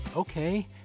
Okay